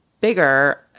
bigger